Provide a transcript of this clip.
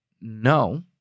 No